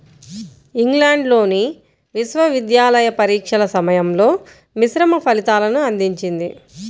ఇంగ్లాండ్లోని విశ్వవిద్యాలయ పరీక్షల సమయంలో మిశ్రమ ఫలితాలను అందించింది